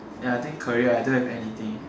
ya I think career I don't have anything